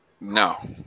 No